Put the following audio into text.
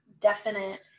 definite